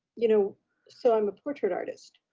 you know so i'm a portrait artist.